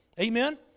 Amen